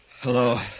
Hello